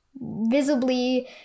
visibly